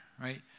right